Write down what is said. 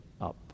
up